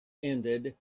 ended